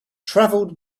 travelled